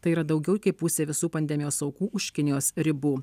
tai yra daugiau kaip pusė visų pandemijos aukų už kinijos ribų